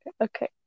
Okay